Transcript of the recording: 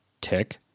Tick